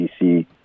DC